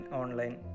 online